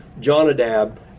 Jonadab